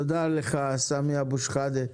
תודה לך סמי אבו שחאדה.